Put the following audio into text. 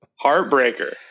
Heartbreaker